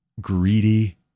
greedy